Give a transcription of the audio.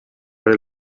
del